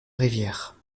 riviere